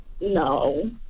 no